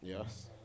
Yes